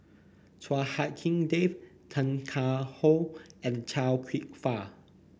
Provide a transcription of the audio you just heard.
Chua Hak Lien Dave Tan Car How and Chia Kwek Fah